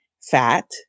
fat